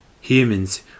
Humans